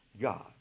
God